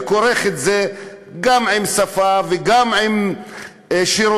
וכורך את זה גם עם השפה,